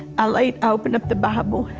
i like opened up the bible,